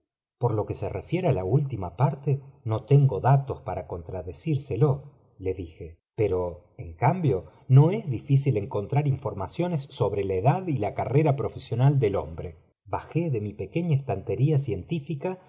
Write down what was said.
por lo que se refiere á la ultima parte no tengo datos para contradecirlo le dije pero en cambio no es difícil encontrar informaciones sobre la edad y la carrera profesional del hombre bajé de mi pequeña estantería científica